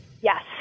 Yes